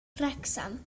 wrecsam